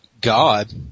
God